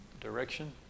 direction